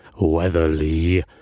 Weatherly